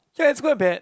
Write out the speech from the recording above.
ya it's quite bad